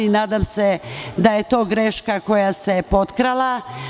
Nadam se da je to greška koja se potkrala.